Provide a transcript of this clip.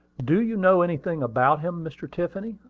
do you know anything about him, mr. tiffany?